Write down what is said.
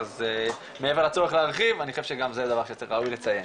אז מעבר לצורך להרחיב אני חושב שגם זה דבר שראוי לציין.